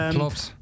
klopt